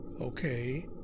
okay